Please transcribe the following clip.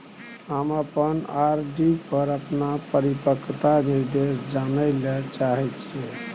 हम अपन आर.डी पर अपन परिपक्वता निर्देश जानय ले चाहय छियै